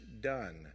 done